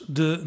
de